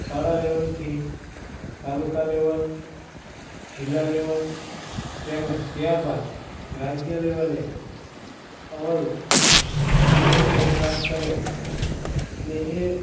શાળા લેવલથી તાલુકા લેવલ જિલ્લા લેવલ તેમજ ત્યારબાદ રાજ્ય લેવલે અવ્વલ બીજો નંબર પ્રાપ્ત કરે અને એ